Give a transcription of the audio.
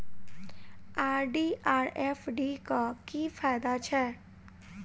RD आ FD क की फायदा छै?